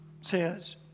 says